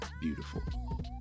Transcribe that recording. Beautiful